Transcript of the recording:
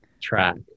track